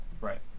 right